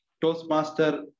Toastmaster